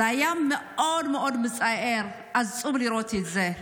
היה מאוד מאוד מצער לראות את זה,